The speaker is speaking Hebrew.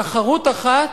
תחרות אחת,